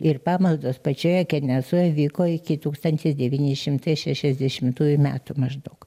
ir pamaldos pačioje kenesoje vyko iki tūkstantis devyni šimtai šešiasdešimtųjų metų maždaug